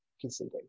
conceding